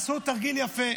עשו תרגיל יפה.